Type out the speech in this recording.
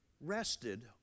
rested